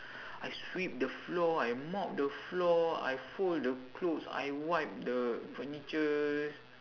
I sweep the floor I mop the floor I fold the clothes I wipe the furnitures